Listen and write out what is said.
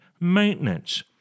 maintenance